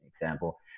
example